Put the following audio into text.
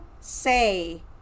say